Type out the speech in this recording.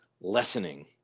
lessening